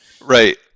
Right